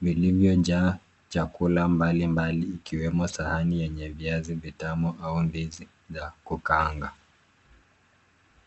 vilivojaa chakula mbalimbali ikiwemo sahani yenye viazi vitamu au ndizi za kuakaanga.